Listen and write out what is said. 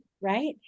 right